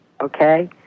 okay